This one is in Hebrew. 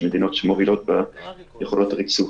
שהן מדינות מובילות ביכולות הריצוף.